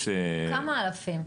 ויש עלויות רכש --- כמה אלפים.